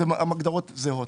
אלה הגדרות זהות.